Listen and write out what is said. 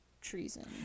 treason